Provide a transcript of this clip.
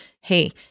hey